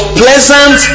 pleasant